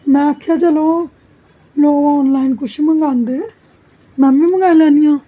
में आखेआ चलो लोक आनॅलाइन कुछ बी मंगवादे में भी मंगवाई लैन्नी आं